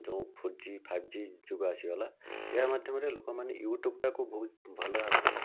ଯେଉଁ four G five G ଯୁଗ ଆସିଗଲା ଏହା ମାଧ୍ୟମରେ ଲୋକମାନେ ୟୁଟୁବ୍ଟାକୁ ବହୁତ ଭଲ ଭାବରେ